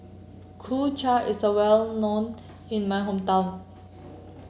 Kuay Chap is a well known in my hometown